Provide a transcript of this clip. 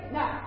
Now